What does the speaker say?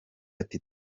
ati